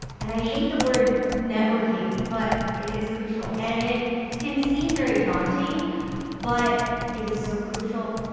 and i hate the word networking, but it is crucial and it can seem very daunting but it is so crucial.